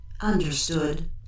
Understood